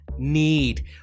need